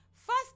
First